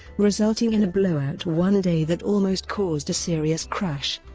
resulting in a blowout one day that almost caused a serious crash.